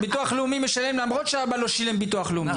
בסוף ביטוח לאומי משלם למרות שהאבא לא שילם ביטוח לאומי,